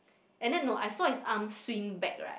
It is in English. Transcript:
and then no I saw his arms swing back right